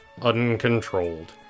uncontrolled